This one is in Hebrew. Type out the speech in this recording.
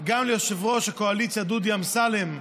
גם ליושב-ראש הקואליציה דודי אמסלם,